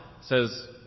says